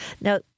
Now